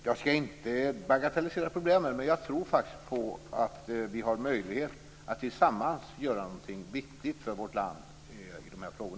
Jag skall inte bagatellisera problemen, men jag tror faktiskt att vi har möjlighet att tillsammans göra någonting viktigt för vårt land i dessa frågor.